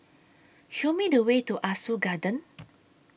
Show Me The Way to Ah Soo Garden